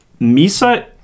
misa